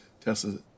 Tesla